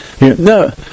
No